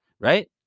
Right